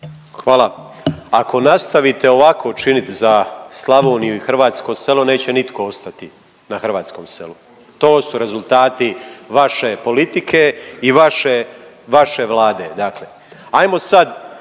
Hvala. Ako nastavite ovako činit za Slavoniju i hrvatsko selo neće nitko ostati na hrvatskom selu. To su rezultati vaše politike i vaše, vaše